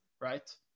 Right